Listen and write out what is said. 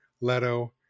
Leto